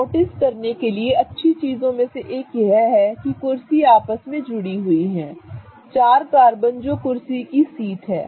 notice करने के लिए अच्छी चीजों में से एक यह है कि कुर्सी आपस में जुड़ी हुई है चार कार्बन जो कुर्सी की सीट हैं